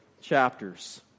chapters